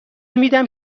میدم